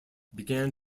began